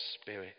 Spirit